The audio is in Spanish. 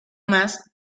más